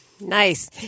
Nice